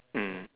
mm